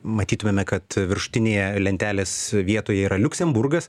matytumėme kad viršutinėje lentelės vietoje yra liuksemburgas